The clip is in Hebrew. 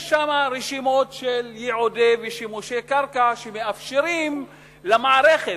יש שם רשימות של ייעודי ושימושי קרקע שמאפשרים למערכת,